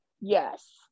yes